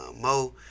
Mo